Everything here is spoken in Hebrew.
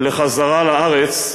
חזרה לארץ,